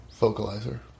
vocalizer